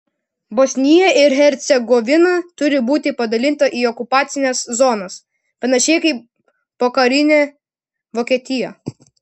bosnija ir hercegovina turi būti padalinta į okupacines zonas panašiai kaip pokarinė vokietija